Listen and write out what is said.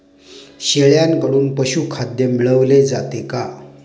शेळ्यांकडून पशुखाद्य मिळवले जाते का?